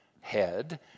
head